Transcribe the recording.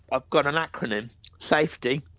i've got an acronym safety,